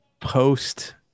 post